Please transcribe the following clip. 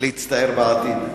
להצטער בעתיד.